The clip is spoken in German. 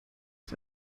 auf